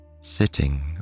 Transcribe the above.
sitting